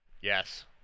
Yes